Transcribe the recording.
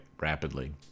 rapidly